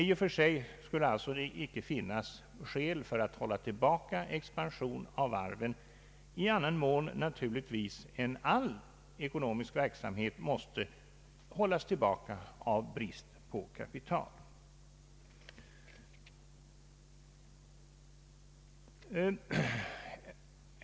I och för sig skullet det alltså inte finnas skäl för att hålla tillbaka expansionen av varven, i annan mån naturligtvis än att all ekonomisk verksamhet måste hållas tillbaka av brist på kapital.